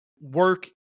work